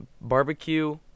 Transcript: barbecue